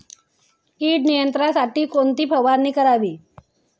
कीड नियंत्रणासाठी कोणती फवारणी करावी?